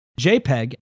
JPEG